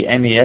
MES